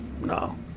no